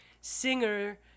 singer